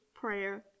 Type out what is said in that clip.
prayer